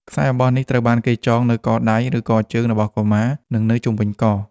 ខ្សែអំបោះនេះអាចត្រូវបានគេចងនៅកដៃ ឬកជើងរបស់កុមារ និងនៅជុំវិញក។